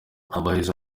abahize